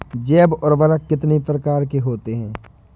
जैव उर्वरक कितनी प्रकार के होते हैं?